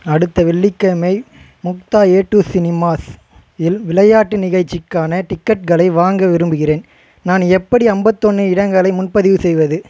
அடுத்த வெள்ளிக்கிழமை முக்தா ஏடு சினிமாஸ் இல் விளையாட்டு நிகழ்ச்சிக்கான டிக்கெட்களை வாங்க விரும்புகிறேன் நான் எப்படி ஐம்பத்தொன்னு இடங்களை முன்பதிவு செய்வது